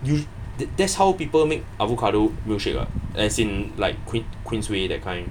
that that's how people make avocado milkshake [what] as in like queen queens way that kind